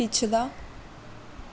ਪਿਛਲਾ